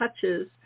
touches